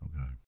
Okay